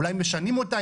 אולי משנים אותה,